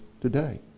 today